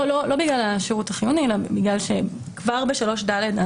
לא בגלל השירות החיוני אלא בגלל שכבר ב-3ד,